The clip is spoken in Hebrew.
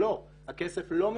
לא, הכסף לא משוחרר,